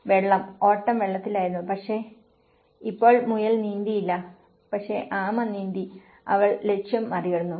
വെള്ളം ഓട്ടം വെള്ളത്തിലായിരുന്നു പക്ഷേ ഇപ്പോൾ മുയൽ നീന്തില്ല പക്ഷേ ആമ നീന്തി അവൾ ലക്ഷ്യം മറികടന്നു